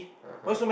(uh huh)